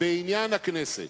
בעניין הכנסת.